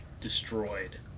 destroyed